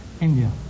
India